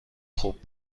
خوب